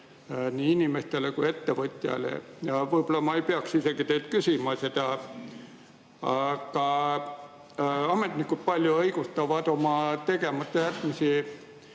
nii inimestele kui ettevõtjatele. Võib-olla ma ei peaks isegi teilt küsima seda, aga ametnikud õigustavad palju oma tegematajätmisi